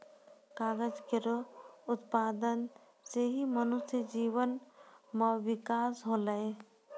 कागज केरो उत्पादन सें ही मनुष्य जीवन म बिकास होलै